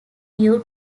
due